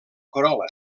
corol·la